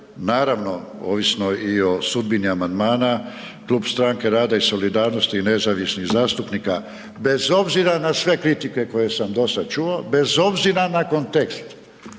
naravno ovisno i o sudbini amandmana, klub Stranke rada i solidarnosti i nezavisnih zastupnika bez obzira na sve kritike koje sam do sada čuo, bez obzira na kontekst